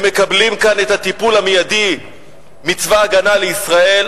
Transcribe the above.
הם מקבלים כאן את הטיפול המיידי מצבא-הגנה לישראל.